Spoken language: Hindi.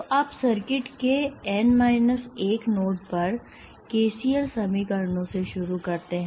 तो आप सर्किट के N माइनस 1 नोड्स पर केसीएल समीकरणों से शुरू करते हैं